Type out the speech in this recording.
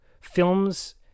films